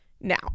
Now